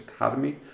Academy